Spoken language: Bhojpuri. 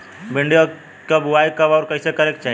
भिंडी क बुआई कब अउर कइसे करे के चाही?